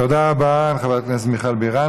תודה רבה לחברת הכנסת מיכל בירן.